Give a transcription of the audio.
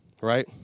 right